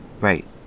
right